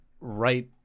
right